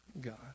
God